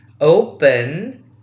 open